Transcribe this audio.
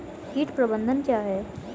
कीट प्रबंधन क्या है?